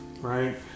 right